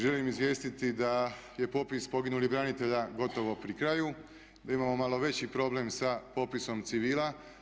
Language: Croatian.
Želim izvijestiti da je popis poginulih branitelja gotovo pri kraju, da imamo malo veći problem sa popisom civila.